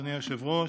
אדוני היושב-ראש,